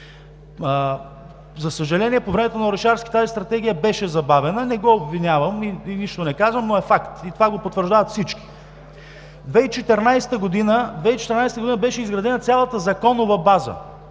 За съжаление, по времето на Орешарски тази стратегия беше забавена. Не го обвинявам и не казвам нищо, но е факт – потвърждават го всички. През 2014 г. беше изградена цялата законова база,